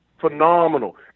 Phenomenal